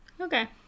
Okay